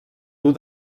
dur